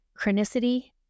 chronicity